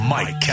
Mike